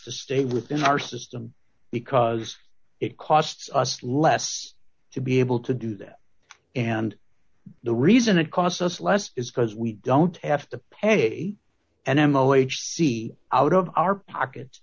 to stay within our system because it costs us less to be able to do that and the reason it costs us less is because we don't have to pay an m o h see out of our pocket